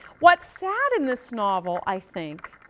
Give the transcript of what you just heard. what's sad in this novel, i think,